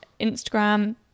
instagram